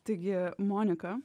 taigi monika